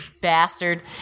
bastard